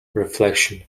reflection